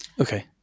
okay